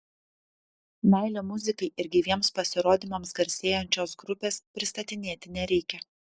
meile muzikai ir gyviems pasirodymams garsėjančios grupės pristatinėti nereikia